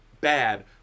bad